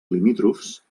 limítrofs